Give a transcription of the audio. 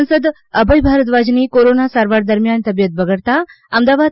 સાંસદ અભય ભારદ્વાજની કોરોના સારવાર દરમ્યાન તબિયત બગડતાં અમદાવાદ